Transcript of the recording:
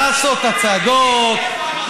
לעשות הצגות,